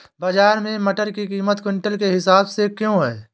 बाजार में मटर की कीमत क्विंटल के हिसाब से क्यो है?